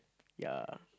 ya